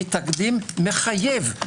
היא תקדים מחייב.